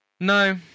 No